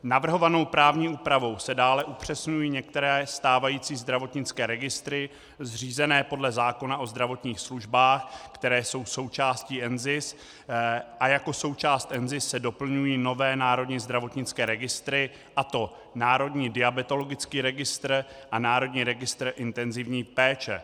Navrhovanou právní úpravou se dále upřesňují některé zdravotnické registry zřízené podle zákona o zdravotních službách, které jsou součástí NZIS, a jako součást NZIS se doplňují nové národní zdravotnické registry, a to Národní diabetologický registr a Národní registr intenzivní péče.